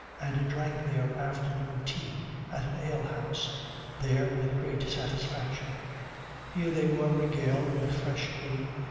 and drank their afternoon tea at an ale-house there with great satisfaction here they were regaled with fresh cream,